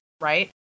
Right